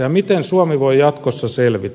ja miten suomi voi jatkossa selvitä